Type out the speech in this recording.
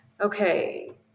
Okay